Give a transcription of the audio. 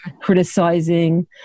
criticizing